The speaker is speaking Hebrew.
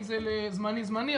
אם זה לזמני, זמני.